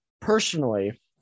personally